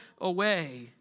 away